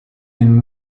been